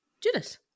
Judas